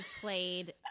played